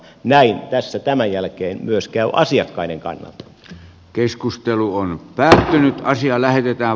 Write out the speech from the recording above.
näin tässä tämän jälkeen myös käy asiakkaiden kannalta